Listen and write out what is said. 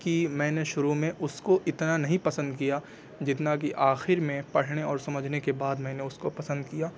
کہ میں نے شروع میں اس کو اتنا نہیں پسند کیا جتنا کہ آخر میں پڑھنے اور سمجھنے کے بعد میں نے اس کو پسند کیا